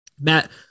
Matt